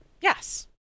Yes